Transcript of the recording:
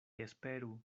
esperu